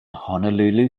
honolulu